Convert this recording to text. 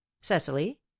cecily